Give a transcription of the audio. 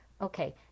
Okay